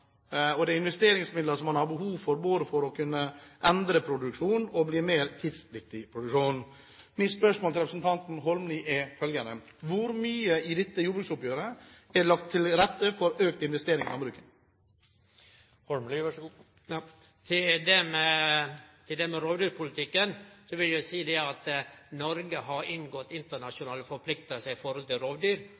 Landbruket skriker etter investeringsmidler, og det er investeringsmidler som man har behov for både for å kunne endre produksjonen og for å bli mer tidsriktig i produksjonen. Mitt spørsmål til representanten Holmelid er følgende: Hvor mye i dette jordbruksoppgjøret er lagt til rette for økt investering i landbruket? Til det med rovdyrpolitikken vil eg seie at Noreg har inngått internasjonale forpliktingar når det gjeld rovdyr,